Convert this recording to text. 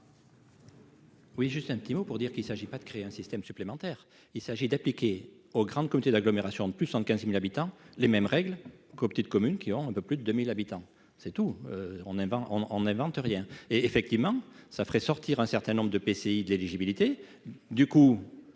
Oui, juste un petit mot pour dire qu'il s'agit pas de créer un système supplémentaire, il s'agit d'appliquer aux grandes comité d'agglomération de plus de 15000 habitants, les mêmes règles qu'aux petites communes qui ont un peu plus de 2 1000 habitants, c'est tout, on invente, on en invente rien. Et effectivement, ça ferait sortir un certain nombre de PCI de l'éligibilité du coup